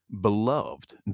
Beloved